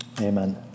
Amen